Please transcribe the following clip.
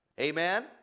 Amen